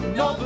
no